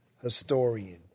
historian